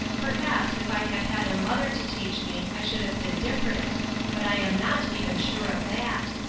perhaps if i had had a mother to teach me i should have been different but i am not even sure of that.